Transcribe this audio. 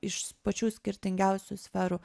iš pačių skirtingiausių sferų